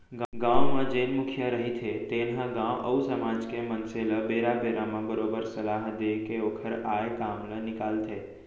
गाँव म जेन मुखिया रहिथे तेन ह गाँव अउ समाज के मनसे ल बेरा बेरा म बरोबर सलाह देय के ओखर आय काम ल निकालथे